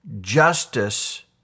justice